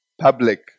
public